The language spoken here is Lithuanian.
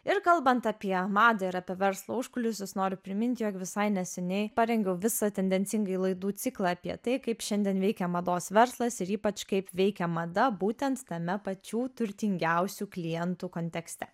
ir kalbant apie madą ir apie verslo užkulisius noriu priminti jog visai neseniai parengiau visą tendencingai laidų ciklą apie tai kaip šiandien veikia mados verslas ir ypač kaip veikia mada būtent tame pačių turtingiausių klientų kontekste